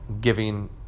giving